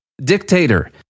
dictator